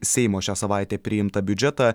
seimo šią savaitę priimtą biudžetą